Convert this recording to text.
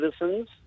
citizens